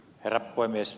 herra puhemies